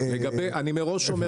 אני אומר מראש,